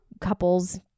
couples